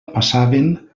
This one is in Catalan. passaven